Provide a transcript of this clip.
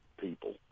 people